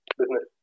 business